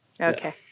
Okay